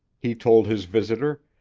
he told his visitor,